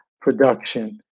production